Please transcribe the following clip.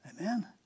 Amen